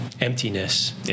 emptiness